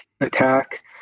attack